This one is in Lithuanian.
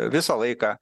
visą laiką